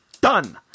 Done